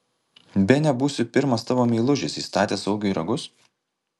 bene būsiu pirmas tavo meilužis įstatęs augiui ragus